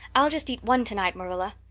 i'll just eat one tonight, marilla.